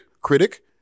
Critic